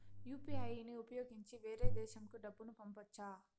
UPI ని ఉపయోగించి వేరే దేశంకు డబ్బును పంపొచ్చా?